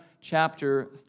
chapter